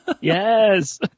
Yes